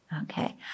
okay